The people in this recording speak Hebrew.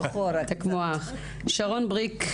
שרון בריק,